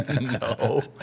No